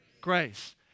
Grace